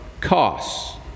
costs